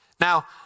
Now